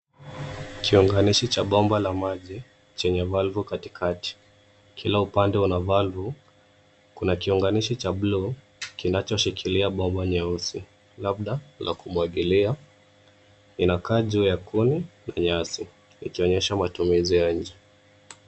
Kiunganishi cha bomba la maji chenye valvu katikati. Kila upande una valvu. Kuna kiunganishi cha bluu kinachoshikilia bomba nyeusi labda la kumwagilia. Inakaa juu ya kuni na nyasi. Ikionyesha matumizi ya nje.